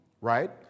right